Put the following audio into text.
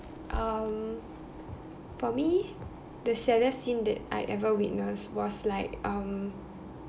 um for me the saddest thing that I ever witnessed was like um